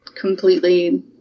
completely